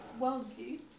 worldview